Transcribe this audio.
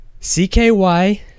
CKY